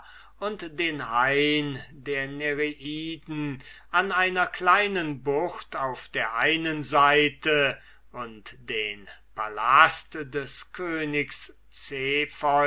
und den hain der nereiden an einer kleinen bucht auf der einen seite und den palast des königs